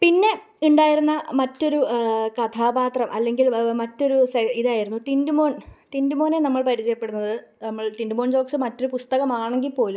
പിന്നെ ഉണ്ടായിരുന്ന മറ്റൊരു കഥാപാത്രം അല്ലെങ്കില് മറ്റൊരു ഇതായിരുന്നു ടിന്റു മോന് ടിന്റു മോനെ നമ്മള് പരിചയപ്പെടുന്നത് നമ്മള് ടിന്റു മോന് ജോക്സ് മറ്റൊരു പുസ്തകമാണെങ്കിൽ പോലും